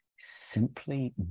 Simply